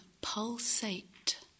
pulsate